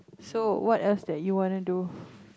so what else that you wanna do